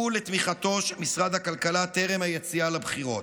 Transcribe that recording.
ולתמיכתו של משרד הכלכלה טרם היציאה לבחירות,